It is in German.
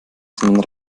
sondern